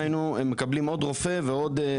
היינו מקבלים עוד רופא ועוד אחות וחצי.